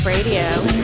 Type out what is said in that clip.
Radio